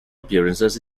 appearances